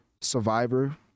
survivor